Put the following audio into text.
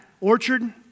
Orchard